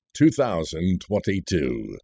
2022